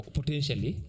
potentially